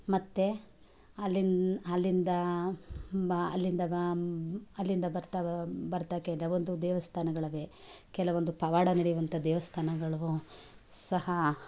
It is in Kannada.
ಮತ್ತೆ ಅಲ್ಲಿನ ಅಲ್ಲಿಂದ ಬ್ ಅಲ್ಲಿಂದ ಬ್ ಅಲ್ಲಿಂದ ಬರ್ತಾ ಬರ್ತಾ ಕೆಲವೊಂದು ದೇವಸ್ಥಾನಗಳಿವೆ ಕೆಲವೊಂದು ಪವಾಡ ನಡೆವಂಥ ದೇವಸ್ಥಾನಗಳು ಸಹ